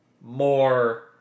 more